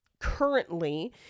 currently